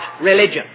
religion